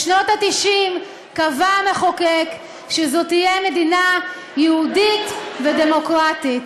בשנות ה-90 קבע המחוקק שזו תהיה מדינה יהודית ודמוקרטית,